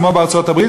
כמו בארצות-הברית,